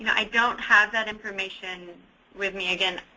i don't have that information with me again.